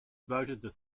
voted